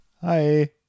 Hi